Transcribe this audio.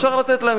אפשר לתת להם.